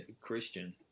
Christian